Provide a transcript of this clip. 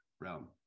realm